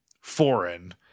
foreign